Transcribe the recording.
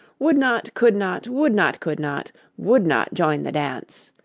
would not, could not, would not, could not, would not join the dance.